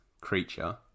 creature